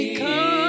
come